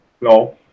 No